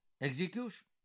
execution